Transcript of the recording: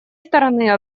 стороны